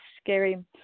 scary